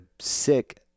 sick